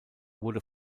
wurde